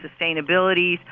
sustainability